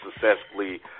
successfully